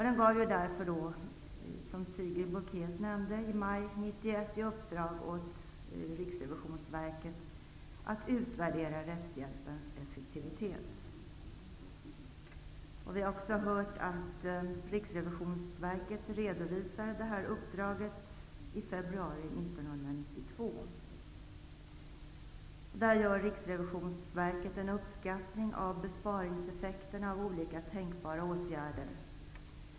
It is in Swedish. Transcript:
Den gav därför, som Sigrid Bolkéus också sade, i maj 1991 i uppdrag åt Riksrevisionsverket att utvärdera rättshjälpens effektivitet. Vi har också hört att Riksrevisionsverket redovisade detta uppdrag den 1 februari 1992. Därvid gjorde Riksrevionsverket en uppskattning av besparingseffekterna av olika tänkbara åtgärder.